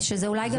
שווי הנכסים, אוקי.